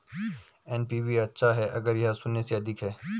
NPV अच्छा है अगर यह शून्य से अधिक है